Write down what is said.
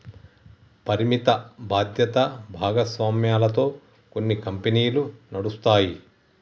పరిమిత బాధ్యత భాగస్వామ్యాలతో కొన్ని కంపెనీలు నడుస్తాయి